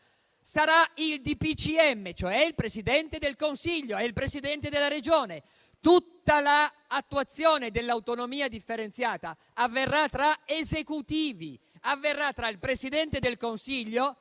farà un DPCM, cioè il Presidente del Consiglio e il Presidente della Regione; tutta la attuazione dell'autonomia differenziata avverrà tra esecutivi. Il Presidente del Consiglio